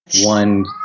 one